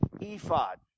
ephod